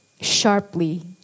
sharply